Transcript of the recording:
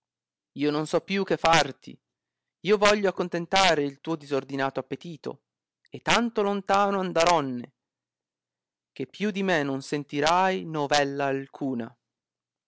io non so più che farti io voglio accontentare il tuo disordinato appetito e tanto lontano andaronne che più di me non sentirai novella alcuna